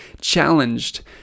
challenged